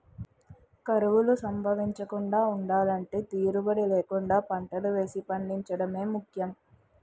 కరువులు సంభవించకుండా ఉండలంటే తీరుబడీ లేకుండా పంటలు వేసి పండించడమే ముఖ్యం